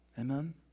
Amen